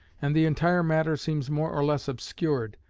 and the entire matter seems more or less obscured,